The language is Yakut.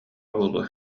буолуо